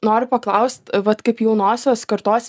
noriu paklaust vat kaip jaunosios kartos